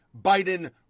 Biden